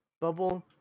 bubble